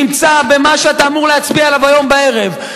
נמצא במה שאתה אמור להצביע עליו היום בערב.